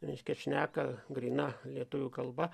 reiškia šneka gryna lietuvių kalba